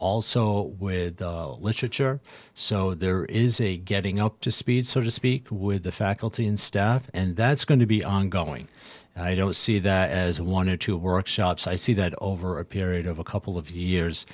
also with literature so there is a getting up to speed sort of speak with the faculty and staff and that's going to be ongoing i don't see that as wanted to workshops i see that over a period of a couple of years